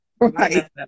Right